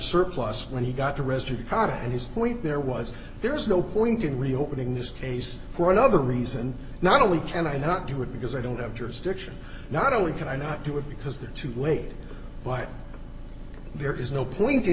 surplus when he got to residue powder and his point there was there is no point in reopening this case for another reason not only can i not do it because i don't have jurisdiction not only can i not to or because they're too late but there is no point in